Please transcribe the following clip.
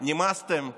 נמאסתם,